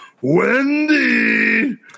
Wendy